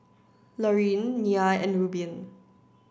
Laurene Nia and Rubin